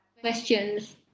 questions